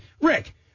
Rick